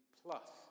plus